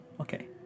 okay